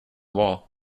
wall